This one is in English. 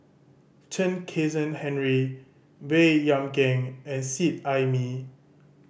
Chen Kezhan Henri Baey Yam Keng and Seet Ai Mee